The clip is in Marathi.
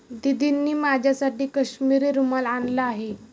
दीदींनी माझ्यासाठी काश्मिरी रुमाल आणला आहे